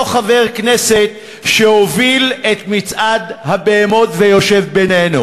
אותו חבר כנסת שהוביל את מצעד הבהמות יושב בינינו,